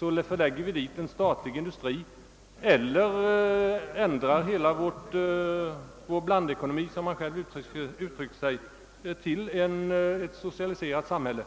på en plats skulle dit förlägga en statlig industri eller ändra hela vår blandekonomi, såsom herr Alemyr själv uttryckte sig, till ett socialiserat samhälle.